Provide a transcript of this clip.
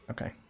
Okay